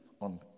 on